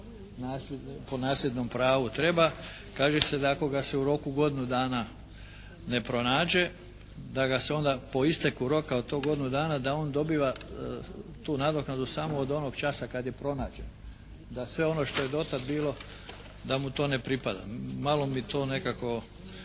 nasljednom pravu treba kaže se da ako ga se u roku godine dana ne pronađe, da ga se onda po isteku roka od tog godinu dana da on dobiva tu nadoknadu samo od onog časa kada je pronađen, da sve ono što je dotad bilo da mu to ne pripada. Malo mi to nekako